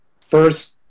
first